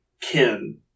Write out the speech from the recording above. kin